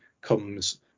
comes